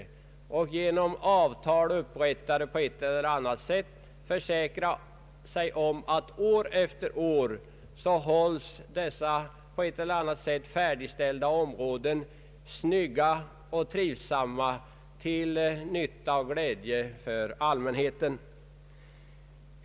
Genom avtal, upprättade på ett eller annat sätt, skulle det vara möjligt att försäkra sig om att färdigställda områden år efter år hölls snygga och trivsamma till nytta och glädje för allmänheten.